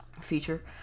feature